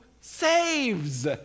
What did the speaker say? saves